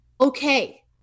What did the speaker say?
okay